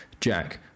Jack